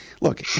look